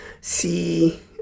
see